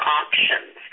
options